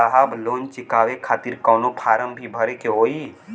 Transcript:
साहब लोन चुकावे खातिर कवनो फार्म भी भरे के होइ?